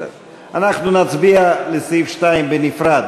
אנחנו נצביע על סעיף 2 בנפרד,